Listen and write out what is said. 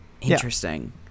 interesting